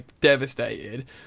devastated